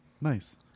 Nice